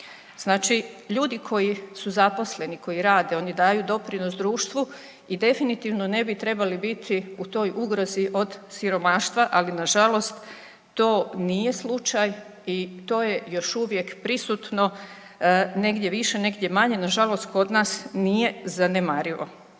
Znači ljudi koji su zaposleni, koji rade, oni daju doprinos društvu i definitivno ne bi trebali biti u toj ugrozi od siromaštva, ali nažalost to nije slučaj i to je još uvijek prisutno negdje više negdje manje, nažalost kod nas nije zanemarivo.